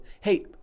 hey